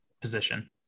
position